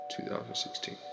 2016